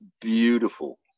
beautiful